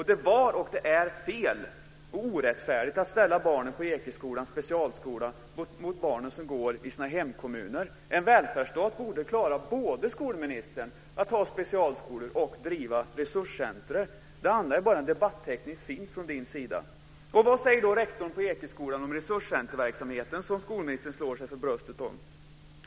Det var och är fel och orättfärdigt att ställa barnen på Ekeskolan, specialskolan, mot barnen som går i sina hemkommuner. En välfärdsstat borde klara, skolministern, både att ha specialskolor och att driva resurscenter. Det andra är bara en debatteknisk fint från ministerns sida. Vad säger då rektorn på Ekeskolan om resurscenterverksamheten som skolministern slår sig för bröstet om?